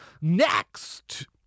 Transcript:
Next